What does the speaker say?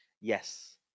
Yes